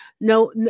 No